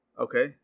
Okay